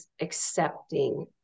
accepting